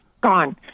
gone